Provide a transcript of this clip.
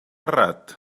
errat